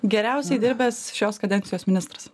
geriausiai dirbęs šios kadencijos ministras